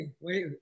wait